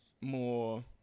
more